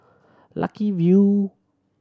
Lucky View